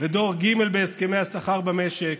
ודור ג' בהסכמי השכר במשק,